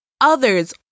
others